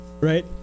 Right